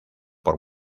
por